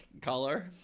color